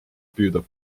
püüda